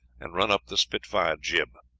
and run up the spitfire jib.